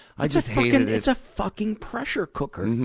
i just hated it. it's a fucking pressure cooker.